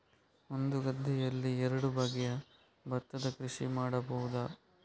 ಒಂದು ಗದ್ದೆಯಲ್ಲಿ ಎರಡು ಬಗೆಯ ಭತ್ತದ ಕೃಷಿ ಮಾಡಬಹುದಾ?